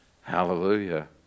Hallelujah